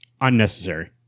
unnecessary